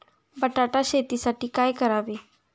बटाटा शेतीसाठी काय करावे?